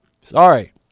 Sorry